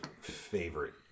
favorite